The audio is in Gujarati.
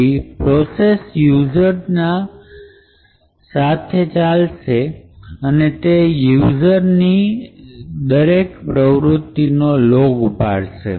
oklogd પ્રોસેસ યુઝરના સાથે ચાલશે અને તે યુઝર ની દરેક આ પ્રવૃત્તિને લોગ પાડશે